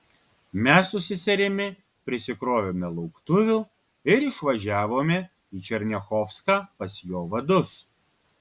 mes su seserimi prisikrovėme lauktuvių ir išvažiavome į černiachovską pas jo vadus